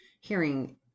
hearing